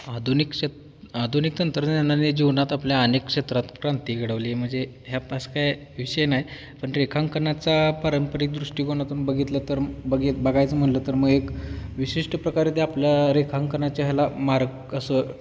आधुनिक क्षेत्र आधुनिक तंत्रज्ञानाने जीवनात आपल्या अनेक क्षेत्रात क्रांती घडवली म्हणजे ह्या खास काय विषय नाही पण रेखांकनाचा पारंपरिक दृष्टिकोनातून बघितलं तर बघित बघायचं म्हटलं तर मग एक विशिष्ट प्रकारे ते आपल्या रेखांकनाच्या ह्याला मार्ग क असं